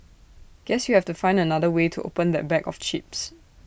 guess you have to find another way to open that bag of chips